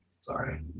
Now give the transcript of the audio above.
sorry